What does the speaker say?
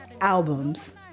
albums